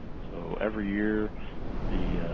so every year the